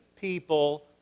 people